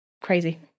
crazy